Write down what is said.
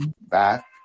back